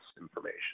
information